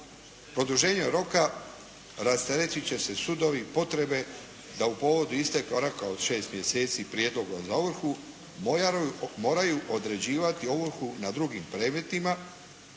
Produženjem roka rasteretit će se sudovi, potrebe da u povodu isteka roka od 6 mjeseci prijedloga za ovrhu moraju određivati ovrhu na drugim predmetima